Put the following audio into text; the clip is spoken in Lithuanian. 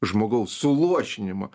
žmogaus suluošinimą